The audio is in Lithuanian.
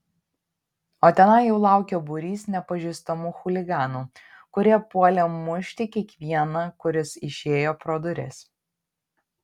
o tenai jau laukė būrys nepažįstamų chuliganų kurie puolė mušti kiekvieną kuris išėjo pro duris